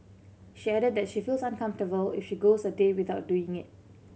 she added that she feels uncomfortable if she goes a day without doing it